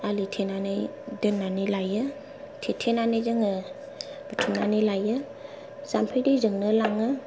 आलि थेनानै दोननानै लायो थेथेनानै जोङो बुथुमनानै लायो जाम्फै दैजोंनो लाङो